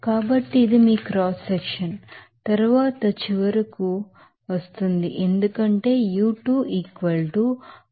కాబట్టి ఇది మీ క్రాస్ సెక్షన్ తరువాత ఇది చివరకు వస్తుంది ఎందుకంటే u2 421